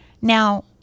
Now